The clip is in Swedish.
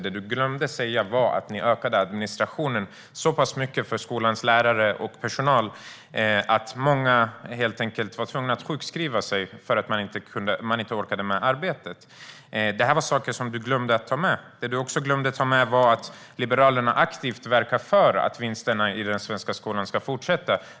Du glömde att säga att ni ökade administrationen för skolans lärare och personal så pass mycket att många blev tvungna att sjukskriva sig för att de inte orkade med arbetet. Allt detta glömde du att ta med. En annan sak som du glömde att ta med är att Liberalerna aktivt verkar för att vinsterna i den svenska skolan ska fortsätta.